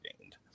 gained